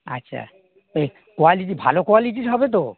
আচ্ছা এই কোয়ালিটি ভালো কোয়ালিটির হবে তো